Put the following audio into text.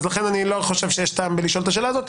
אז לכן אני לא חושב שיש טעם לשאול את השאלה הזאת.